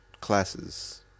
classes